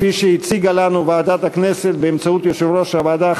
כפי שהציגה לנו ועדת הכנסת באמצעות יושב-ראש הוועדה,